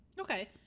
Okay